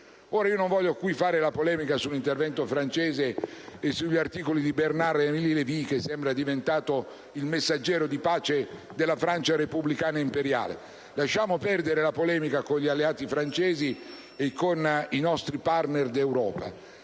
Ora, non voglio qui fare polemica sull'intervento francese e sugli articoli di Bernard-Henri Lévy che sembra essere diventato il messaggero di pace della Francia repubblicana e imperiale. Lasciamo perdere la polemica con gli alleati francesi e con i nostri *partner* d'Europa.